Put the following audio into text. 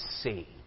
see